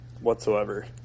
whatsoever